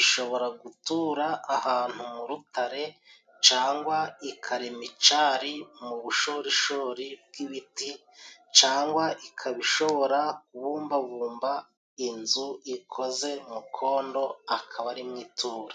Ishobora gutura ahantu mu rutare cangwa ikarema icari mu bushorishori bw'ibiti, cangwa ikaba ishobora kubumbabumba inzu ikoze mu kondo akaba arimo itura.